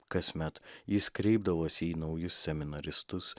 kasmet jis kreipdavosi į naujus seminaristus